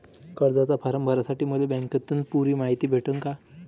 कर्जाचा फारम भरासाठी मले बँकेतून पुरी मायती भेटन का?